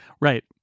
Right